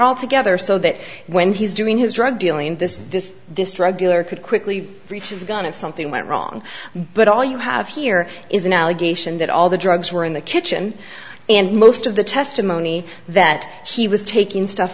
all together so that when he's doing his drug dealing this this this drug dealer could quickly reaches a gun if something went wrong but all you have here is an allegation that all the drugs were in the kitchen and most of the testimony that he was taking stuff